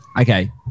Okay